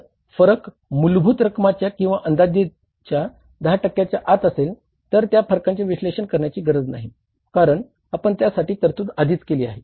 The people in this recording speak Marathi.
जर फरक मूलभूत रक्कमच्या किंवा अंदाजितच्या 10 च्या आत असेल तर त्या फरकांचे विश्लेषण करण्याची गरज नाही कारण आपण त्यासाठी तरतूद आधीच केली आहे